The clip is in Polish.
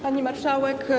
Pani Marszałek!